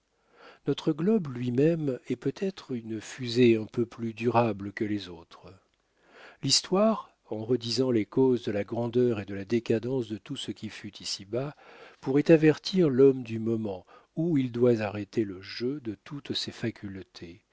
notre globe lui-même est peut-être une fusée un peu plus durable que les autres l'histoire en redisant les causes de la grandeur et de la décadence de tout ce qui fut ici-bas pourrait avertir l'homme du moment où il doit arrêter le jeu de toutes ses facultés